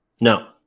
No